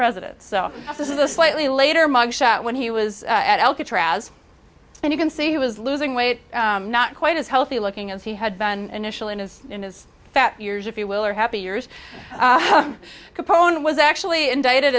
president so this is a slightly later mug shot when he was at alcatraz and you can see he was losing weight not quite as healthy looking as he had been initial in his in his fat years if you will are happy years capone was actually indicted